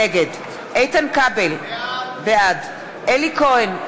נגד איתן כבל, בעד אלי כהן,